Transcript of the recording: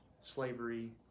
slavery